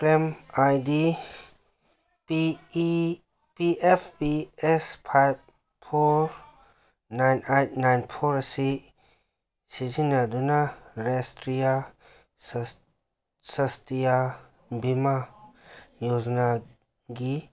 claim I D P E P F P S five four nine eight nine four ꯑꯁꯤ ꯁꯤꯖꯤꯟꯅꯗꯨꯅ ꯔꯥꯁꯇ꯭ꯔꯤꯌꯥ ꯁꯥꯁꯇ꯭ꯔꯤꯌꯥ ꯚꯤꯃꯥ ꯌꯣꯖꯥꯅꯥꯒꯤ